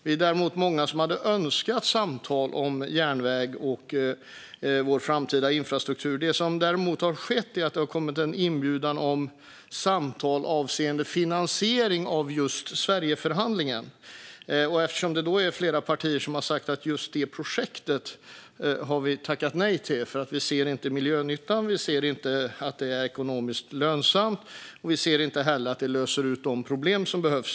Vi är däremot många som hade önskat samtal om järnväg och om vår framtida infrastruktur. Det som däremot har skett är att det har kommit en inbjudan till samtal avseende finansiering av Sverigeförhandlingen. Det är flera partier som har sagt: Just det projektet har vi tackat nej till, för vi ser inte miljönyttan. Vi ser inte att det är ekonomiskt lönsamt. Vi ser inte heller att det löser de problem som finns.